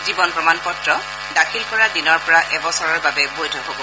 জীৱন প্ৰমাণ পত্ৰ দাখিল কৰা দিনৰপৰা এবছৰৰ বাবে বৈধ হ'ব